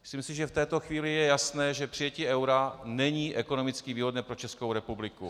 Myslím si, že v této chvíli je jasné, že přijetí eura není ekonomicky výhodné pro Českou republiku.